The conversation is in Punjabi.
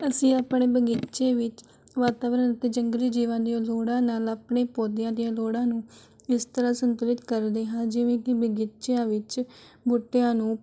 ਅਸੀਂ ਆਪਣੇ ਬਗੀਚੇ ਵਿੱਚ ਵਾਤਾਵਰਨ ਅਤੇ ਜੰਗਲੀ ਜੀਵਾਂ ਦੀਆਂ ਲੋੜਾਂ ਨਾਲ ਆਪਣੇ ਪੌਦਿਆਂ ਦੀਆਂ ਲੋੜਾਂ ਨੂੰ ਇਸ ਤਰ੍ਹਾਂ ਸੰਤੁਲਿਤ ਕਰਦੇ ਹਾਂ ਜਿਵੇਂ ਕਿ ਬਗੀਚਿਆਂ ਵਿੱਚ ਬੂਟਿਆਂ ਨੂੰ